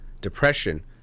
depression